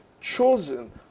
chosen